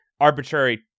arbitrary